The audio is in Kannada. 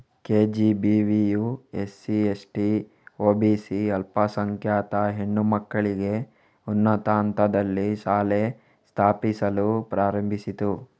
ಕೆ.ಜಿ.ಬಿ.ವಿಯು ಎಸ್.ಸಿ, ಎಸ್.ಟಿ, ಒ.ಬಿ.ಸಿ ಅಲ್ಪಸಂಖ್ಯಾತ ಹೆಣ್ಣು ಮಕ್ಕಳಿಗೆ ಉನ್ನತ ಹಂತದಲ್ಲಿ ಶಾಲೆ ಸ್ಥಾಪಿಸಲು ಪ್ರಾರಂಭಿಸಿತು